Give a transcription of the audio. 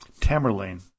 Tamerlane